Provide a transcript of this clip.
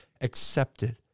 accepted